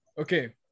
Okay